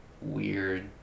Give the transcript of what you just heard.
weird